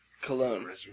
cologne